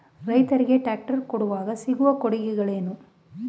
ರೈತರಿಗೆ ಟ್ರಾಕ್ಟರ್ ಕೊಂಡಾಗ ಸಿಗುವ ಕೊಡುಗೆಗಳೇನು?